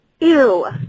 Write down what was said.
Ew